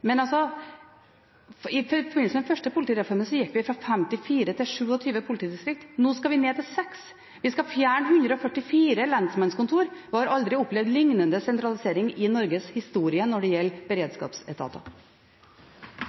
men i forbindelse med den første politireformen gikk det fra 54 til 27 politidistrikt. Nå skal vi ned til seks, vi skal fjerne 144 lensmannskontorer, og vi har aldri opplevd lignende sentralisering i Norges historie når det gjelder beredskapsetater.